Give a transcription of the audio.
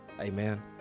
amen